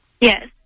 Yes